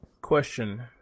Question